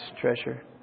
treasure